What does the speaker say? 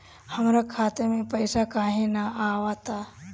हमरा खाता में पइसा काहे ना आव ता?